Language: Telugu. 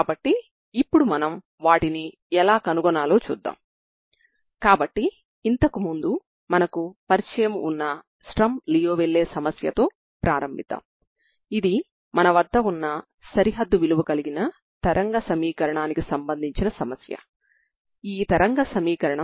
కాబట్టి ఈ వీడియోని మనం ప్రారంభ మరియు సరిహద్దు విలువ కలిగిన సమస్యతో ప్రారంభిద్దాం